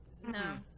no